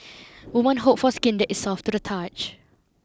women hope for skin that is soft to the touch